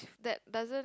that doesn't